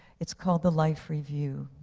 it's called the life review.